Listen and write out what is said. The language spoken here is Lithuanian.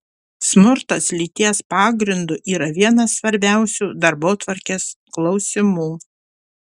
smurtas lyties pagrindu yra vienas svarbiausių darbotvarkės klausimų